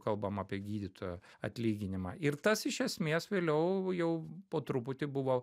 kalbam apie gydytojo atlyginimą ir tas iš esmės vėliau jau po truputį buvo